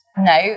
No